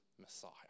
Messiah